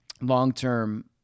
long-term